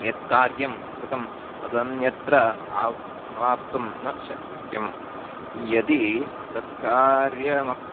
यत् कार्यं कृतं तदन्यत्र आव् आवाप्तुं न शक्यं यदि तत्कार्यमः